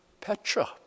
Petra